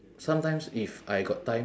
sometimes if I got time